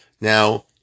now